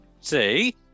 See